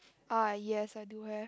ah yes I do have